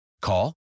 Call